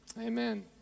Amen